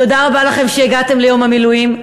תודה רבה לכם שהגעתם ליום המילואים.